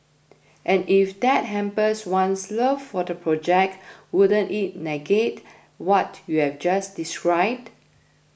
and if that hampers one's love for the subject wouldn't it negate what you've just described